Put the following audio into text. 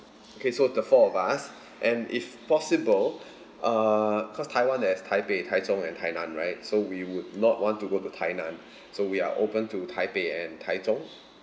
okay so the four of us and if possible uh because taiwan there is <台北台中 and 台南 right so we would not want to go to 台南 so we are opened to 台北 and 台中